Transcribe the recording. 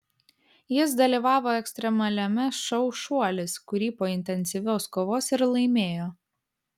jis dalyvavo ekstremaliame šou šuolis kurį po intensyvios kovos ir laimėjo